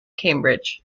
cambridge